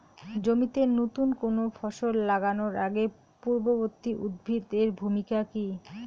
জমিতে নুতন কোনো ফসল লাগানোর আগে পূর্ববর্তী উদ্ভিদ এর ভূমিকা কি?